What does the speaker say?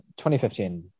2015